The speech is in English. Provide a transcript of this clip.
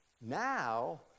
now